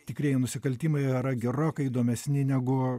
tikrieji nusikaltimai yra gerokai įdomesni negu